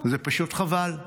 זה פשוט חבל.